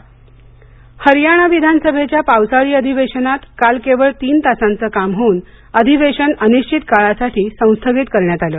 हरयाणा हरयाणा विधानसभेच्या पावसाळी अधिवेशनात काल केवळ तीन तासाचं काम होऊन अधिवेशन अनिश्चित काळासाठी संस्थगित करण्यात आलं